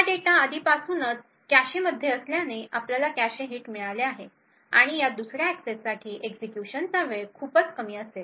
हा डेटा आधीपासूनच कॅशेमध्ये असल्याने आपल्याला कॅशे हिट मिळाले आहे आणि या दुसर्या एक्सेससाठी एक्झिक्युशनचा वेळ खूपच कमी असेल